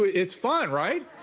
it's fun, right?